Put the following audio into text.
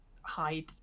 hide